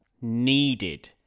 needed